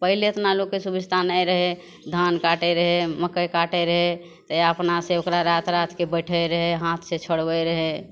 पहिले उतना लोकके सुविस्ता नहि रहै धान काटै रहै मकइ काटै रहै तऽ अपना से ओकरा राति राति के बैठै रहै हाथ से छोड़बै रहै